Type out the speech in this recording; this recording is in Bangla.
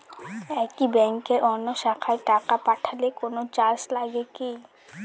একই ব্যাংকের অন্য শাখায় টাকা পাঠালে কোন চার্জ লাগে কি?